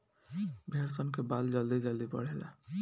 भेड़ सन के बाल जल्दी जल्दी बढ़ेला